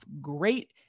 great